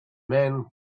men